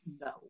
no